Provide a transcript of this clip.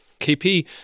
KP